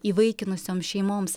įvaikinusioms šeimoms